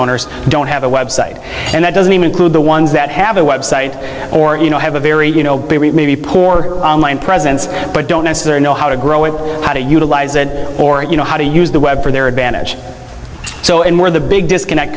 owners don't have a website and that doesn't even include the ones that have a website or you know have a very you know maybe pour on line presence but don't necessarily know how to grow it how to utilize that or at you know how to use the web for their advantage so and where the big disconnect